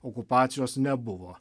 okupacijos nebuvo